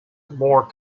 more